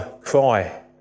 cry